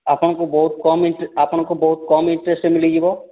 ଆପଣଙ୍କୁ ବହୁତ କମ ଆପଣଙ୍କୁ ବହୁତ କମ ଇଣ୍ଟରେଷ୍ଟରେ ମିଳିଯିବ